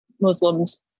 Muslims